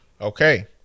okay